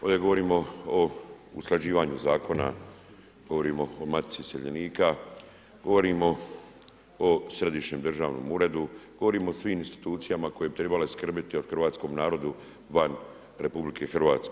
Ovdje govorimo o usklađivanju zakona, govorimo o matici iseljenika, govorimo o središnjem državnom uredu, govorimo o svim institucijama koje bi trebale skrbiti o hrvatskom narodu van RH.